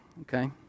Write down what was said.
okay